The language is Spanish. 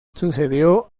sucedió